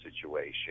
situation